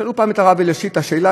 שאלו פעם את הרב אלישיב את השאלה,